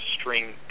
string